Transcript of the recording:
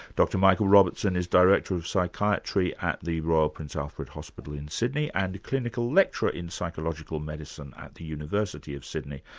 dr michael robertson, is director of psychiatry at the royal prince alfred hospital in sydney, and a clinical lecturer in psychological medicine at the university of sydney.